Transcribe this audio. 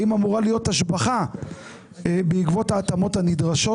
האם אמורה להיות השבחה בעקבות ההתאמות הנדרשות?